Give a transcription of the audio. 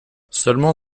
seulement